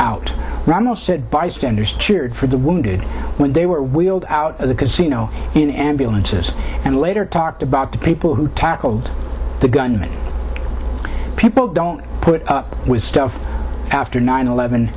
ramos said bystanders cheered for the wounded when they were wheeled out of the casino in ambulances and later talked about the people who tackled the gunman people don't put up with stuff after nine eleven